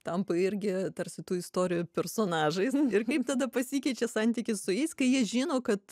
tampa irgi tarsi tų istorijų personažais ir kaip tada pasikeičia santykis su jais kai jie žino kad